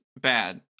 bad